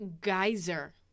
geyser